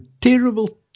terrible